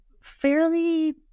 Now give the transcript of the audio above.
Fairly